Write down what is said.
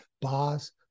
boss